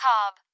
Cobb